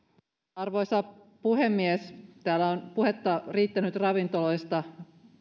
arvoisa puhemies täällä on puhetta riittänyt ravintoloista